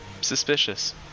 suspicious